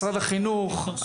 משרד החינוך,